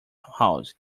house